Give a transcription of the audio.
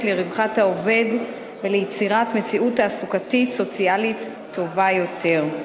לרווחת העובד וליצירת מציאות תעסוקתית סוציאלית טובה יותר.